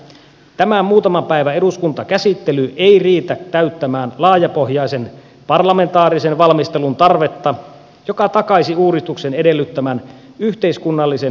tämä muutaman päivän eduskuntakäsittely ei riitä täyttämään laajapohjaisen parlamentaarisen valmistelun tarvetta joka takaisi uudistuksen edellyttämän yhteiskunnallisen hyväksynnän